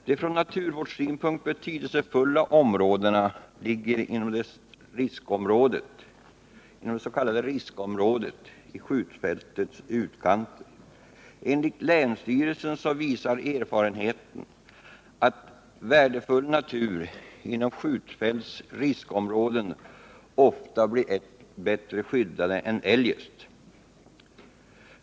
De från naturvårdssynpunkt betydelsefulla områdena ligger inom det s.k. riskområdet i skjutfältets utkanter. Enligt länsstyrelsen visar erfarenheter att värdefull natur inom skjutfälts riskområden ofta blir bättre skyddad än på andra håll.